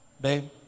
babe